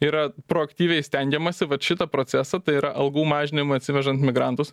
yra proaktyviai stengiamasi vat šitą procesą tai yra algų mažinimą atsivežant migrantus